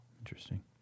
Interesting